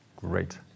Great